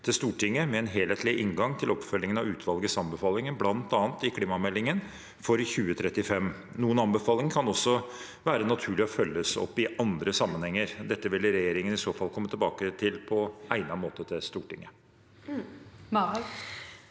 til Stortinget med en helhetlig inngang til oppfølgingen av utvalgets anbefalinger, bl.a. i klimameldingen for 2035. Noen anbefalinger kan det også være naturlig at følges opp i andre sammenhenger. Dette vil regjeringen i så fall komme tilbake til Stortinget